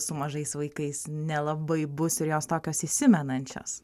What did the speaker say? su mažais vaikais nelabai bus ir jos tokios įsimenančios